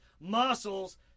muscles